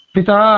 Pita